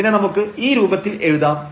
ഇതിനെ നമുക്ക് ഈ രൂപത്തിൽ എഴുതാം